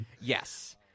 yes